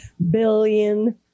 Billion